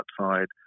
outside